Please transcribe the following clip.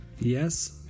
yes